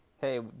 Hey